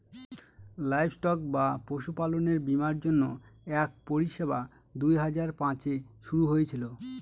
livestock বা পশুপালনের বীমার জন্য এক পরিষেবা দুই হাজার পাঁচে শুরু হয়েছিল